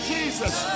Jesus